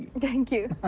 thank you.